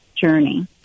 journey